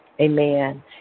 Amen